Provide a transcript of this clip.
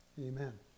Amen